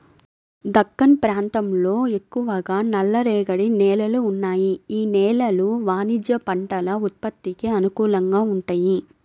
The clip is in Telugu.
దక్కన్ ప్రాంతంలో ఎక్కువగా నల్లరేగడి నేలలు ఉన్నాయి, యీ నేలలు వాణిజ్య పంటల ఉత్పత్తికి అనుకూలంగా వుంటయ్యి